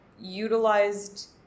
utilized